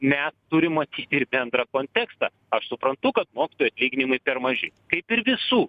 mes turim matyt ir bendrą kontekstą aš suprantu kad mokytojų atlyginimai per maži kaip ir visų